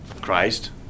Christ